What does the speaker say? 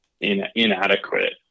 inadequate